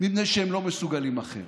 מפני שהם לא מסוגלים אחרת.